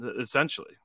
essentially